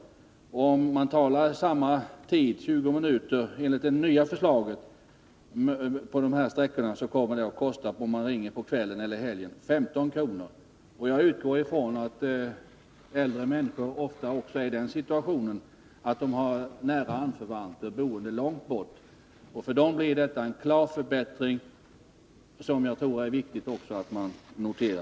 Om man talar under samma tid, 20 minuter, på de här sträckorna kommer det att kosta 15 kr. om man ringer på kvällen eller helgen. Jag utgår från att äldre människor ofta också är i den situationen att de har nära anförvanter boende långt bort. För dem blir detta en klar förbättring, och det tror jag är viktigt att notera.